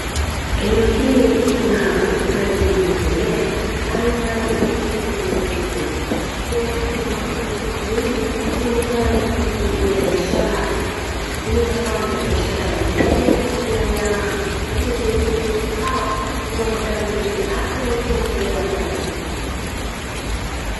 Eneo hili kuna ufugaji unaendelea aina ya mifugo ni kuku. Sehemu hii wanafuga kuku wengi inaonekana ni kwa ajili ya biashara, inaweza kawa ni biashara ya mayai pamoja na nyama lakini vilevile kuku hawa wanaonekana ni wenye afya wakiendelea kula chakula.